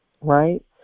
right